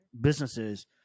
businesses